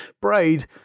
Braid